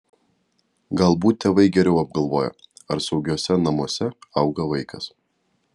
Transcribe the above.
galbūt tėvai geriau apgalvoja ar saugiuose namuose auga vaikas